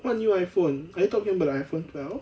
what new iphone are you talking about the iphone twelve